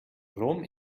rom